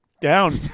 Down